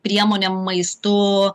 priemonėm maistu